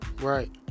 right